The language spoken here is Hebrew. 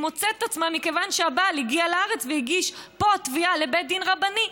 מכיוון שהבעל הגיע לארץ והגיש פה תביעה לבית דין רבני,